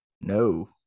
No